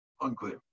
unclear